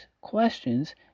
questions